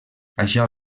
això